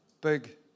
big